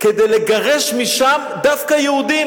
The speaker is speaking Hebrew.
כדי לגרש משם דווקא יהודים.